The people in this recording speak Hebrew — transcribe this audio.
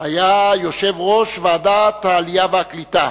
היה יושב-ראש ועדת העלייה והקליטה,